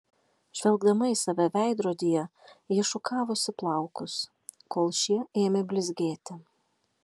žvelgdama į save veidrodyje ji šukavosi plaukus kol šie ėmė blizgėti